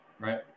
right